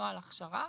ונוהל הכשרה.